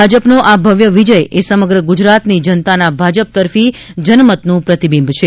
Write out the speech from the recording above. ભાજપનો આ ભવ્ય વિજય એ સમગ્ર ગુજરાતની જનતાના ભાજપ તરફી જનમતનું પ્રતિબિંબ છે